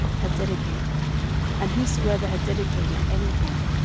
had dedicated and whosoever had dedicated any thing,